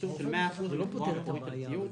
בשיעור של 100% ממחירו המקורי של הציוד,